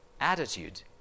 attitude